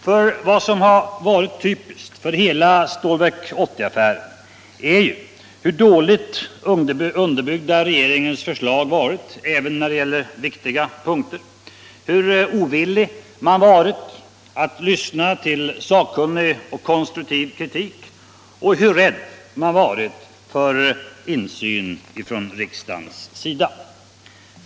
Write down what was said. För vad som varit typiskt för hela Stålverk 80-affären är ju hur dåligt underbyggda regeringens förslag varit även på viktiga punkter, hur ovillig man varit att lyssna till sakkunnig och konstruktiv kritik och hur rädd man varit för insyn från riksdagens sida.